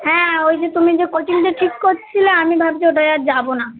হ্যাঁ ওই যে তুমি যে কোচিংটা ঠিক করছিলে আমি ভাবছি ওটায় আর যাবো না